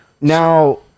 Now